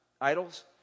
idols